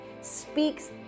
speaks